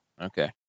Okay